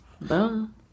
Boom